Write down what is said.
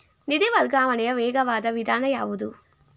ನಿಧಿ ವರ್ಗಾವಣೆಯ ವೇಗವಾದ ವಿಧಾನ ಯಾವುದು?